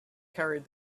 carried